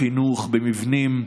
בחינוך, במבנים.